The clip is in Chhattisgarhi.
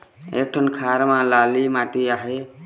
एक ठन खार म लाली माटी आहे?